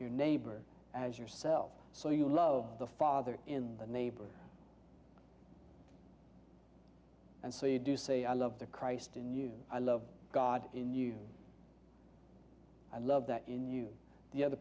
your neighbor as yourself so you love the father in the neighbor and so you do say i love the christ in you i love god in you i love that in you the other